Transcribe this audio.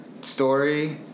story